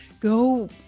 go